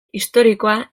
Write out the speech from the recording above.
historikoa